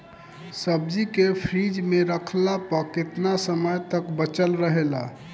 सब्जी के फिज में रखला पर केतना समय तक बचल रहेला?